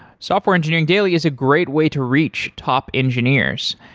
software engineering daily is a great way to reach top engineers.